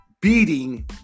beating